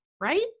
right